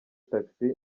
taxi